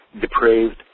depraved